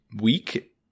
week